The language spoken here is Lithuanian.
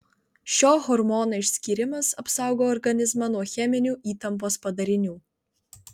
šio hormono išskyrimas apsaugo organizmą nuo cheminių įtampos padarinių